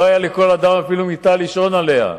לא היתה לכל אדם אפילו מיטה לישון עליה.